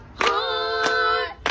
heart